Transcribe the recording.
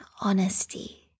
honesty